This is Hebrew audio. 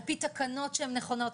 על פי תקנות שהן נכונות,